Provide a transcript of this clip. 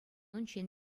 унччен